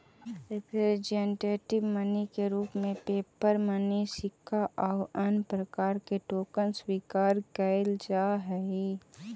representative money के रूप में पेपर मनी सिक्का आउ अन्य प्रकार के टोकन स्वीकार कैल जा हई